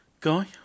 Guy